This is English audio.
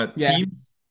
teams